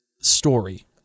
story